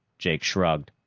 jake shrugged.